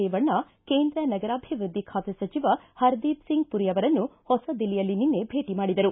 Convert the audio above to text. ರೇವಣ್ಣ ಕೇಂದ್ರ ನಗರಾಭಿವೃದ್ದಿ ಖಾತೆ ಸಚಿವ ಹರದೀಪ್ ಸಿಂಗ್ ಮರಿ ಅವರನ್ನು ಹೊಸ ದಿಲ್ಲಿಯಲ್ಲಿ ನಿನ್ನೆ ಭೇಟ ಮಾಡಿದರು